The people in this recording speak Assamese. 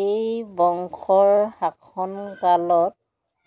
এই বংশৰ শাসনকালত